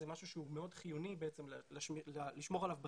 זה משהו שהוא מאוד חיוני בעצם לשמור עליו בתלם.